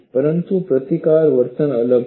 પરંતુ પ્રતિકારક વર્તન અલગ છે